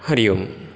Hari Om